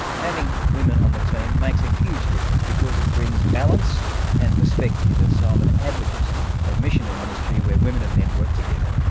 having women on the team makes a huge difference because it brings balance and perspective and so i'm um an advocate of mission and ministry where women and men work together.